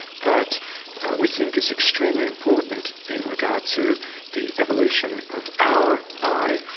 that we think is extremely important in regard to the evolution of our eye.